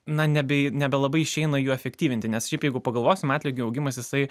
na nebe nebelabai išeina jų efektyvinti nes jeigu pagalvosimeatlygio augimas jisai